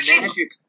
magic